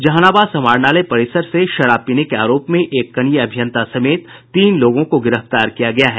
जहानाबाद समाहरणालय परिसर से शराब पीने के आरोप में एक कनीय अभियंता समेत तीन लोगों को गिरफ्तार किया गया है